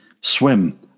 swim